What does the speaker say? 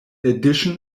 addition